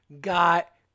got